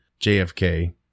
JFK